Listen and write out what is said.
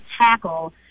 tackle